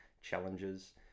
challenges